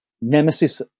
nemesis